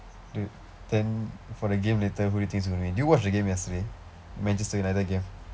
dude then for the game later who do you think is going to win did you watch the game yesterday manchester united game